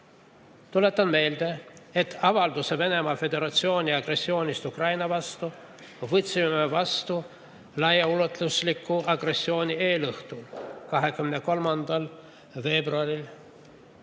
Tuletan meelde, et avalduse Venemaa Föderatsiooni agressioonist Ukraina vastu võtsime vastu laiaulatusliku agressiooni eelõhtul 23. veebruaril